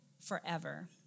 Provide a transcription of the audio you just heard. forever